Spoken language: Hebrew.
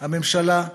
הממשלה,